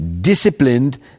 disciplined